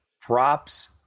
props